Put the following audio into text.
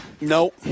No